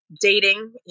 Dating